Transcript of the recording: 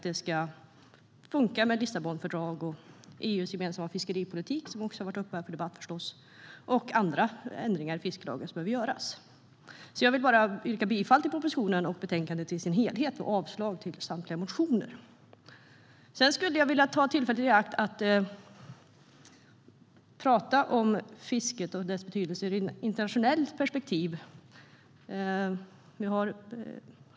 Det ska också funka med Lissabonfördraget, EU:s gemensamma fiskeripolitik, som också har varit uppe här för debatt, och andra ändringar i fiskelagen som behöver göras. Jag vill därför yrka bifall till propositionen och till utskottets förslag i betänkandet samt avslag på samtliga motioner. Jag skulle vilja ta tillfället i akt och prata om fisket och dess betydelse i ett internationellt perspektiv.